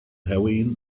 heroine